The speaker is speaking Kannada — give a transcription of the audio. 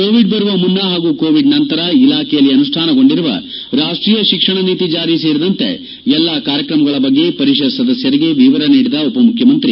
ಕೋವಿಡ್ ಬರುವ ಮುನ್ನ ಹಾಗೂ ಕೋವಿಡ್ ನಂತರ ಇಲಾಖೆಯಲ್ಲಿ ಆನುಷ್ಟಾನಗೊಂಡಿರುವ ರಾಷ್ಟೀಯ ಶಿಕ್ಷಣ ನೀತಿ ಜಾರಿ ಸೇರಿದಂತೆ ಎಲ್ಲ ಕಾರ್ಯತ್ರಮಗಳ ಬಗ್ಗೆ ಪರಿಷತ್ ಸದಸ್ಕರಿಗೆ ವಿವರ ನೀಡಿದ ಉಪಮುಖ್ಯಮಂತ್ರಿ